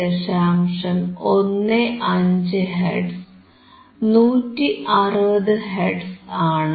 15 hertz 160 hertz ആണ്